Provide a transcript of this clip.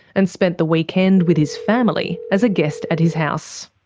and spent the weekend with his family as a guest at his house.